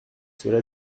cela